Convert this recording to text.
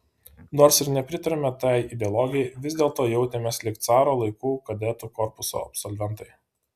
nors ir nepritarėme tai ideologijai vis dėlto jautėmės lyg caro laikų kadetų korpuso absolventai